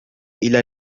إلى